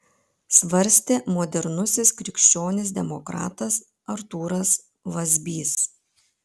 svarstė modernusis krikščionis demokratas artūras vazbys